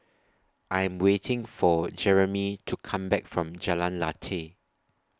I Am waiting For Jeremie to Come Back from Jalan Lateh